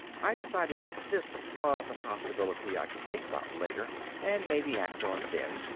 i decided this was a possibility i could think about later and maybe act on then,